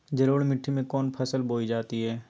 जलोढ़ मिट्टी में कौन फसल बोई जाती हैं?